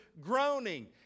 groaning